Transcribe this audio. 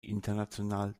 international